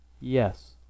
Yes